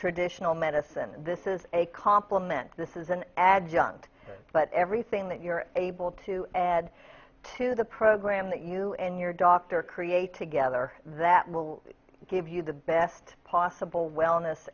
traditional medicine this is a compliment this is an adjunct but everything that you're able to add to the program that you and your doctor create to gether that will give you the best possible wellness